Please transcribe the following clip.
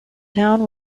town